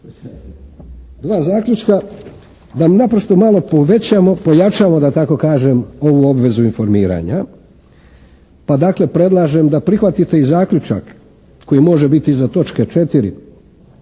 Dva zaključka da naprosto malo povećamo, pojačamo da tako kažem ovu obvezu informiranja, pa dakle predlažem da prihvatite i zaključak koji može biti iza točke 4.